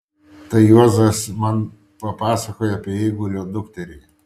tai juozas man papasakojo apie eigulio dukterį